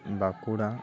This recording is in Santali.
ᱵᱟᱸᱠᱩᱲᱟ